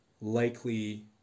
likely